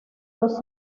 dos